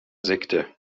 sekte